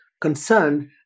concerned